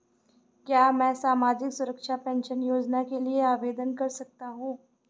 क्या मैं सामाजिक सुरक्षा पेंशन योजना के लिए आवेदन कर सकता हूँ?